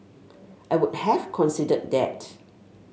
I would have considered that